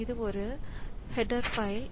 இது ஒரு header file